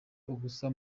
ubusa